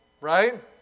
Right